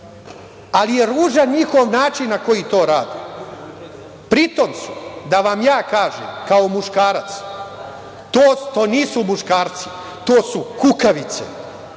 ali je ružan njihov način na koji to rade. Pri tom, da vam ja kažem kao muškarac, to nisu muškarci, to su kukavice